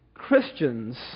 Christians